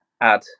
add